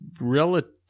relative